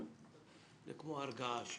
זה כמו הר געש.